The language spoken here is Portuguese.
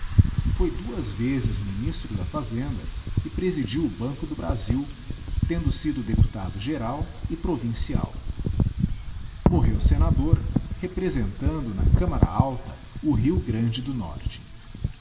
foi duas vezes ministro da fazenda e presidiu o banco do brasil tendo sido deputado geral e provincial morreu senador representando na camará alta o rio grande do norte